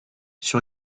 sur